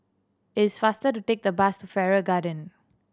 it's faster to take the bus to Farrer Garden